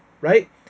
right